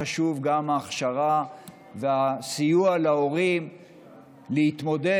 חשובה גם ההכשרה והסיוע להורים להתמודד